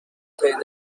پیدا